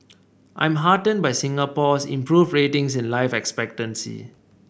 I'm heartened by Singapore's improved ratings in life expectancy